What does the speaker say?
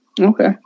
Okay